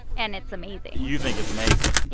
and it's amazing you think it's amazing.